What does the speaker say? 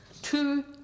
Two